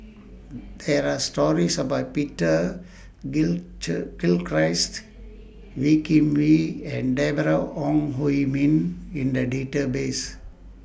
There Are stories about Peter Gilchrist Wee Kim Wee and Deborah Ong Hui Min in The databases